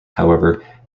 however